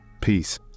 Peace